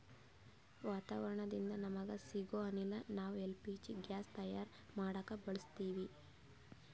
ವಾತಾವರಣದಿಂದ ನಮಗ ಸಿಗೊ ಅನಿಲ ನಾವ್ ಎಲ್ ಪಿ ಜಿ ಗ್ಯಾಸ್ ತಯಾರ್ ಮಾಡಕ್ ಬಳಸತ್ತೀವಿ